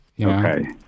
Okay